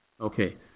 Okay